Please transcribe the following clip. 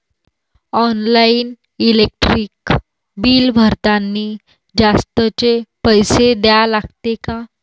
Online electric bill भरतानी जास्तचे पैसे द्या लागते का?